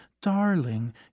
Darling